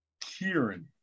Kieran